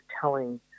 telling